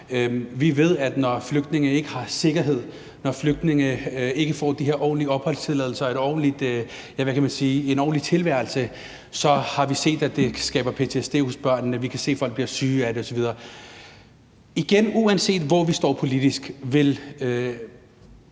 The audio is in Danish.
Vi ved, at når flygtninge ikke har sikkerhed, når flygtninge ikke får de her ordentlige opholdstilladelser og en, hvad kan man sige, ordentlig tilværelse, så har vi set, at det skaber ptsd hos børnene, og vi kan se, at folk bliver syge af det osv. Igen uanset hvor vi står politisk, vil